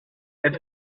app